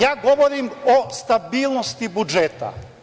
Ja govorim o stabilnosti budžeta.